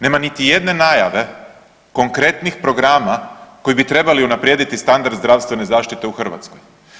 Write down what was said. Nema niti jedne najave konkretnih programa koji bi trebali unaprijediti standard zdravstvene zaštite u Hrvatskoj.